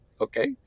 okay